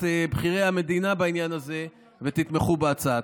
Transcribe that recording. בכירי המדינה בעניין הזה ותתמכו בהצעה.